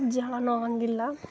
ಜನವು ಹೋಗಂಗಿಲ್ಲ